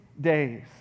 days